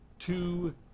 two